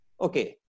Okay